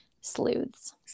sleuths